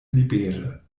libere